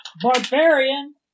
barbarian